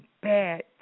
bad